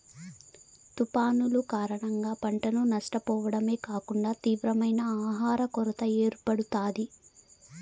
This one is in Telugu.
తుఫానులు కారణంగా పంటను నష్టపోవడమే కాకుండా తీవ్రమైన ఆహర కొరత ఏర్పడుతాది